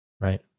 right